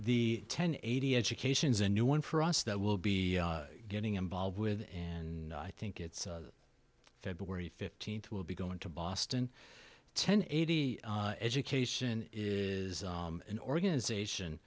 the ten eighty education's a new one for us that will be getting involved within i think it's february fifteenth will be going to boston ten eighty education is an organization